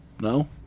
No